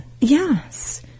Yes